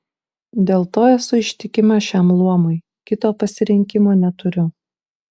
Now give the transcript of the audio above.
dėl to esu ištikima šiam luomui kito pasirinkimo neturiu